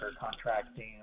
contracting